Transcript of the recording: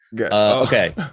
Okay